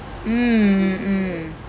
mm mm mm